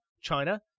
China